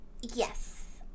Yes